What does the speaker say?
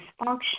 dysfunction